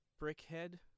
Brickhead